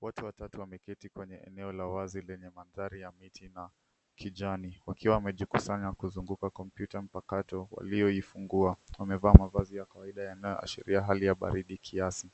Watu watatu wameketi kwenye eneo la wazi lenye mandhari ya miti na kijani, wakiwa wamejikusanya kuzunguka kompyuta mpakato waliyoifungua. Wamevaa mavazi ya kawaida yanayoashiria hali ya baridi kiasi.